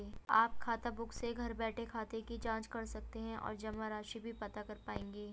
आप खाताबुक से घर बैठे खाते की जांच कर सकते हैं और जमा राशि भी पता कर पाएंगे